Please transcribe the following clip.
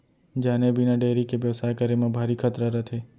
जाने बिना डेयरी के बेवसाय करे म भारी खतरा रथे